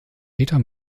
peter